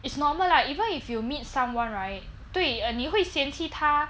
it's normal lah even if you meet someone right 对 and 你会嫌弃他